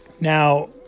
Now